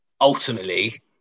ultimately